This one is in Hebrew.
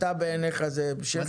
בעיניך זה המשך עיוות.